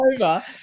over